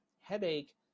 headache